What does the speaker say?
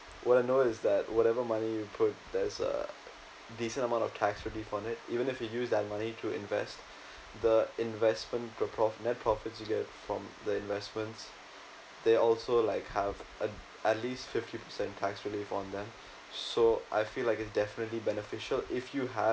what I know is that whatever money you put there's a decent amount of tax relief on it even if you use that money to invest the investment per~ prof~ net profits you get from the investments they also like have a at least fifty percent tax relief on them so I feel like it's definitely beneficial if you have